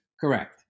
Correct